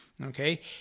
okay